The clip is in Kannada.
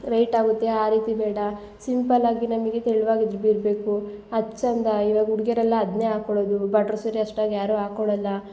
ವೆಯ್ಟ್ ಆಗುತ್ತೆ ಆ ರೀತಿ ಬೇಡ ಸಿಂಪಲಾಗಿ ನಮಗೆ ತೆಳುವಾಗಿ ಇದ್ದಿದ್ದು ಬೇಕು ಅದು ಚಂದ ಇವಾಗ ಹುಡ್ಗಿಯರೆಲ್ಲ ಅದನ್ನೆ ಹಾಕೊಳ್ಳುದು ಬಾಡ್ರು ಸೀರೆ ಅಷ್ಟಾಗಿ ಯಾರು ಹಾಕೊಳಲ್ಲ